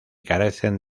carecen